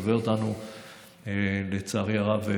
לצערי הרב,